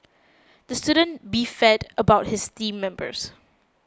the student beefed about his team members